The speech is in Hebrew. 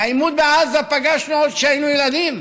את העימות בעזה פגשנו עוד כשהיינו ילדים,